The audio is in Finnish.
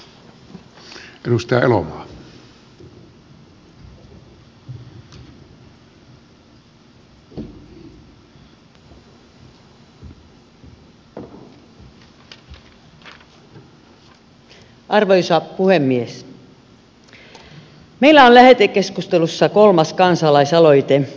meillä on lähetekeskustelussa kolmas kansalaisaloite